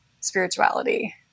spirituality